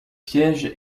piège